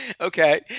Okay